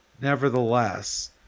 nevertheless